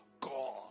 God